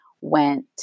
went